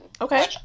okay